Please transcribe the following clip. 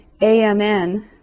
AMN